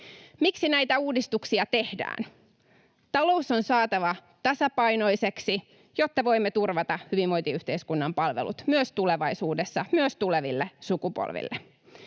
Miksi näitä uudistuksia tehdään? Talous on saatava tasapainoiseksi, jotta voimme turvata hyvinvointiyhteiskunnan palvelut myös tulevaisuudessa, myös tuleville sukupolville.